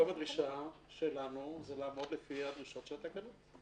היום הדרישה שלנו זה לעמוד בדרישות של התקנות.